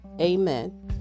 Amen